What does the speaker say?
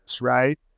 right